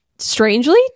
strangely